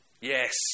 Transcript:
Yes